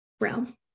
realm